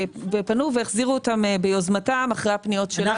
ופנו והחזירו אותם ביוזמתם אחרי הפניות שלנו.